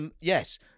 Yes